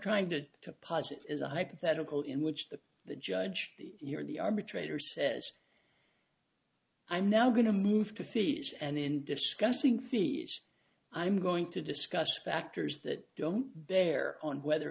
trying to to posit as a hypothetical in which the the judge you're the arbitrator says i'm now going to move to fees and in discussing fees i'm going to discuss factors that don't bear on whether